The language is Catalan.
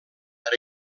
per